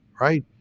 right